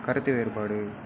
கருத்து வேறுபாடு